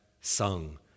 sung